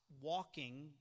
walking